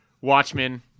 Watchmen